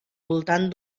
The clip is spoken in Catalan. voltant